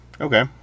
Okay